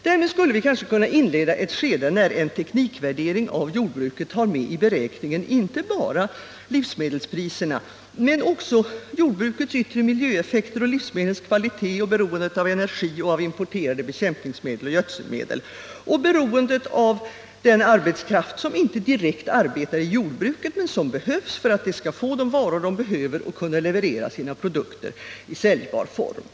Därmed skulle vi kanske kunna inleda ett skede då en teknikvärdering av jordbruket tar med i beräkningen inte bara livsmedelspriserna utan också jordbrukets miljöeffekter och livsmedlens kvalitet, beroendet av energi, importerade bekämpningsämnen och gödselmedel samt beroendet av den arbetskraft som inte direkt arbetar i jordbruket men som krävs för att det skall få de varor det behöver och kunna leverera sina produkter i säljbar form.